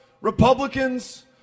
Republicans